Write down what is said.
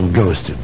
ghost